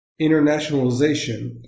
internationalization